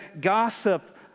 gossip